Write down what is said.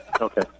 Okay